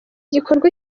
gikorwa